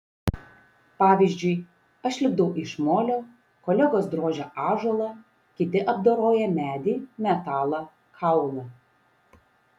pavyzdžiui aš lipdau iš molio kolegos drožia ąžuolą kiti apdoroja medį metalą kaulą